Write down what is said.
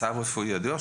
מצב רפואי ידוע,